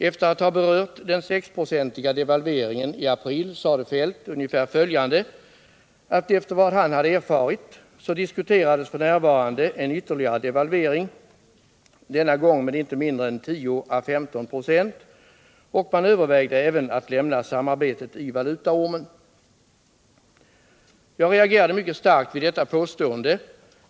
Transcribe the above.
Efter att ha berört den 6-procentiga devalveringen i april sade Feldt ungefär att efter vad han hade erfarit så diskuterades f. n. en ytterligare devalvering — denna gång med inte mindre än 10 å 15 96 — och man övervägde även att lämna samarbetet i valutaormen! Jag reagerade mycket starkt vid detta påstående!